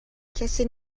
کسی